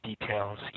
details